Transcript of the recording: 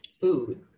food